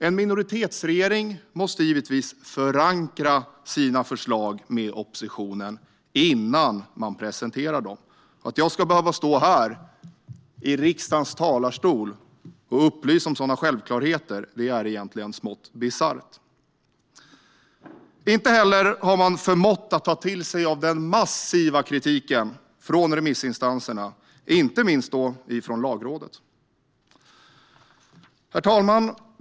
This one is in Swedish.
En minoritetsregering måste givetvis förankra sina förslag med oppositionen innan man presenterar dem. Att jag ska behöva stå här, i riksdagens talarstol, och upplysa om sådana självklarheter är egentligen smått bisarrt. Inte heller har man förmått att ta till sig av den massiva kritiken från remissinstanserna, inte minst från Lagrådet. Herr talman!